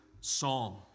psalm